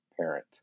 parent